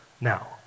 now